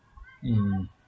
mm